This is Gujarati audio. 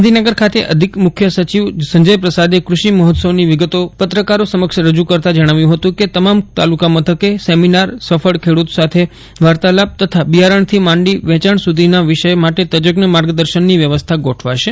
ગાંધીનગર ખાતે અધિક મુખ્ય સચિવ સંજયપ્રસાદે કૂષિ મહોત્સવની વિગતો પત્રકારો સમક્ષ રજૂ કરતા જજ્ઞાવ્યું હતું કે તમામ તાલુકા મથકે સેમિનાર સફળ ખેડૂત સાથે વાર્તાલાપ તથા બિયારજ્ઞથી માંડી વેચાજ્ઞ સુધીના વિષય માટે તજજ્ઞ માર્ગદર્શનની વ્યવસ્થા ગોઠવાશે